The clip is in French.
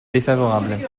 défavorables